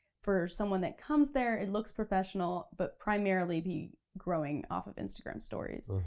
for someone that comes there. it looks professional, but primarily be growing off of instagram stories.